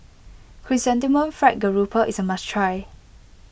Chrysanthemum Fried Garoupa is a must try